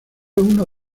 uno